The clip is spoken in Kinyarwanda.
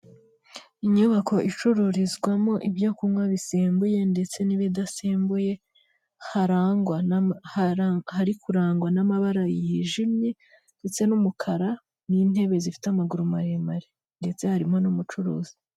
Inyubako icururizwamo ibyokunkwa bisembuye ndetse n'ibidasembuye hari kurangwa n'amabara yijimye ndetse n'umukara n'intebe zifite amaguru mareremare ndetse harimo n'umucuruzi.